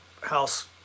house